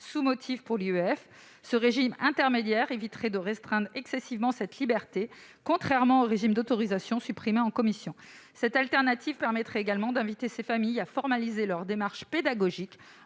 en famille. Ce régime intermédiaire éviterait de restreindre excessivement cette liberté, contrairement au régime d'autorisation supprimé par la commission. Cette alternative permettrait également d'inviter ces familles à formaliser leur démarche pédagogique